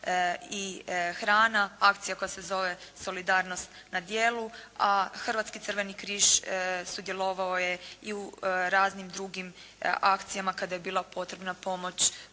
i hrana. Akcija koja se zove solidarnost na djelu. A Hrvatski crveni križ sudjelovao je i u raznim drugim akcijama kada je bila potrebna pomoć